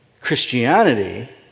Christianity